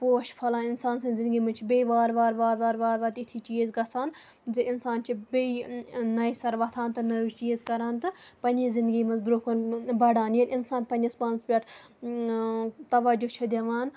پوش پھۄلان اِنسان سٕندۍ زِندگی منٛز چھِ بیٚیہِ وارٕ وارٕ وارٕ وارٕ وارٕ وارٕ تِتھی چیٖز گژھان زِ اِنسان چھ بیٚیہِ نَوِ سَرٕ وۄتھان تہٕ نٔوۍ چیٖز کران تہٕ پَنٕنہِ زِندگی منٛز برٛونٛہہ کُن بڑان ییٚلہِ اِنسان پَنٕنِس پانَس پٮ۪ٹھ تَوجوٗ چھ دِوان